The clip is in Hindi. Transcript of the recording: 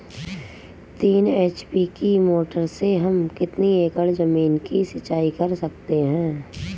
तीन एच.पी की मोटर से हम कितनी एकड़ ज़मीन की सिंचाई कर सकते हैं?